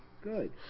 Good